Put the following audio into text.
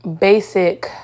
basic